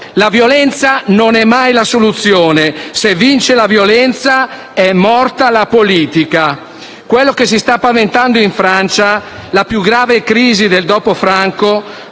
La violenza non è mai la soluzione: se vince la violenza, è morta la politica. Quello che si sta paventando in Spagna, la più grave crisi del dopo Franco,